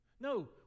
No